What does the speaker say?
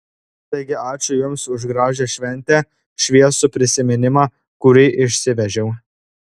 taigi ačiū jums už gražią šventę šviesų prisiminimą kurį išsivežiau